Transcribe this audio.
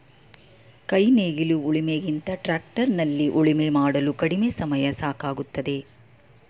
ಕೈ ನೇಗಿಲು ಉಳಿಮೆ ಗಿಂತ ಟ್ರ್ಯಾಕ್ಟರ್ ನಲ್ಲಿ ಉಳುಮೆ ಮಾಡಲು ಕಡಿಮೆ ಸಮಯ ಸಾಕಾಗುತ್ತದೆ